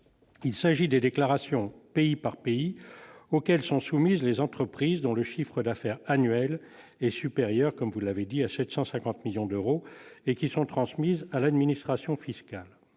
il s'agit des déclarations pays par pays auxquelles sont soumises les entreprises dont le chiffre d'affaires annuel est supérieur à 750 millions d'euros et qui sont transmises à l'administration fiscale.